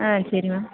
ஆ சரி மேம்